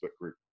group